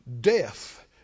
Death